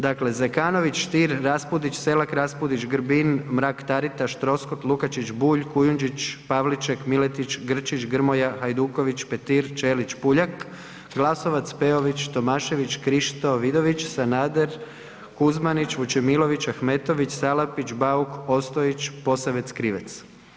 Dakle Zekanović, Stier, Raspudić, Selak Raspudić, Grbin, Mrak-Taritaš, Troskot, Lukačić, Bulj, Kujundžić, Pavliček, Miletić, Grčić, Grmoja, Hajduković, Petir, Ćelić, Puljak, Glasovac, Pejović, Tomašević, Krišto Vidović, Sanader, Kuzmanić, Vučemilović, Ahmetović, Salapić, Bauk, Ostojić, Posavec Krivec.